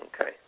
Okay